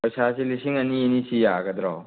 ꯄꯩꯁꯥꯁꯤ ꯂꯤꯁꯤꯡ ꯑꯅꯤ ꯑꯅꯤꯁꯤ ꯌꯥꯒꯗ꯭ꯔꯣ